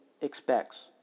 expects